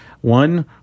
one